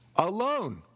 alone